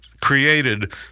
created